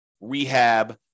rehab